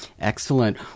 Excellent